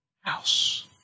House